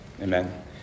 Amen